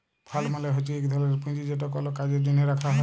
fund মালে হছে ইক ধরলের পুঁজি যেট কল কাজের জ্যনহে রাখা হ্যয়